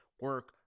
Work